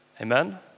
Amen